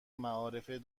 معارف